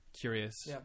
Curious